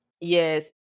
Yes